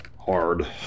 Hard